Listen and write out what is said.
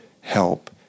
help